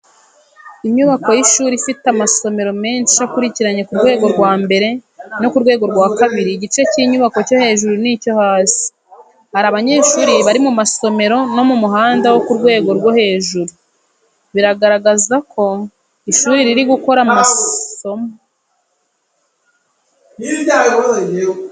Inyubako y’ishuri ifite amasomero menshi akurikiranye ku rwego rwa mbere no ku rwego rwa kabiri igice cy'inyubako cyo hejuru n'icyo hasi. Hari abanyeshuri bari mu masomero no mu muhanda wo ku rwego rwo hejuru, bigaragaza ko ishuri riri gukora amasomo.